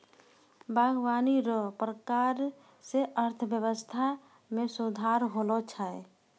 बागवानी रो प्रकार से अर्थव्यबस्था मे सुधार होलो छै